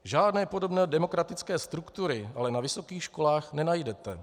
Žádné podobné demokratické struktury ale na vysokých školách nenajdete.